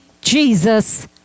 Jesus